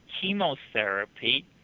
chemotherapy